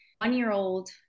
one-year-old